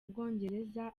bwongereza